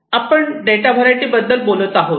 आपण data variety बद्दल बोलत आहोत